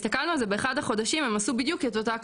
שמעתם בעיתונות ובהרבה מאוד אחרים על המשבר של הרפואה